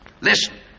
Listen